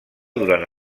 durant